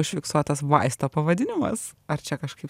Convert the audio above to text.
užfiksuotas vaisto pavadinimas ar čia kažkaip